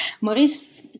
Maurice